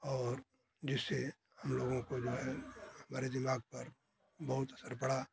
और जिससे हम लोगों को जो है हमारे दिमाग पर बहुत असर पड़ा